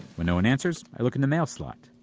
when no one answers, i look in the mail slot.